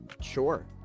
Sure